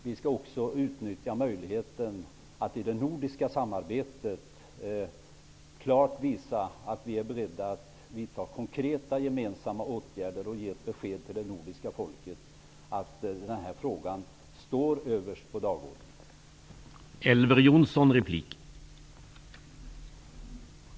Vi skall också utnyttja möjligheten att i det nordiska samarbetet klart visa att vi är beredda att vidta konkreta gemensamma åtgärder och ge ett besked till de nordiska folken om att den här frågan står överst på dagordningen.